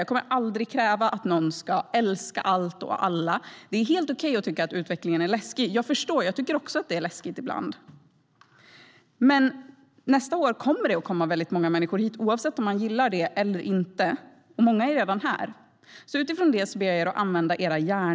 Jag kommer aldrig att kräva att någon ska älska allt och alla. Det är helt okej att tycka att utvecklingen är läskig - jag förstår; jag tycker också att det är läskigt ibland. Men nästa år kommer det att komma väldigt många människor hit, oavsett om man gillar det eller inte, och många är redan här. Utifrån det ber jag er att använda era hjärnor.